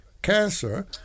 cancer